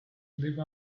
live